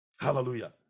Hallelujah